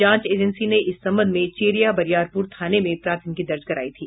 जांच एजेंसी ने इस संबंध में चेरिया बरियारपुर थाने में प्राथमिकी दर्ज करायी थी